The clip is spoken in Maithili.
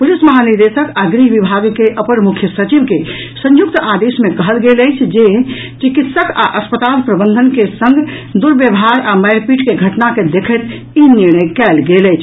पुलिस महानिदेशक आ गृह विभाग के अपर मुख्य सचिव के संयुक्त आदेश मे कहल गेल अछि जे चिकित्सक आ अस्पताल प्रबंधन के संग दुर्व्यवहार आ मारिपीट के घटना के दखैत ई निर्णय कयल गेल अछि